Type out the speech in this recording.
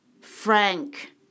Frank